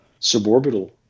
suborbital